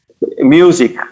music